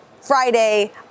Friday